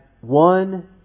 one